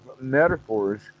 metaphors